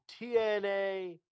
TNA